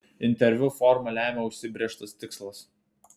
interviu formą lemia užsibrėžtas tikslas